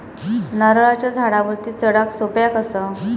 नारळाच्या झाडावरती चडाक सोप्या कसा?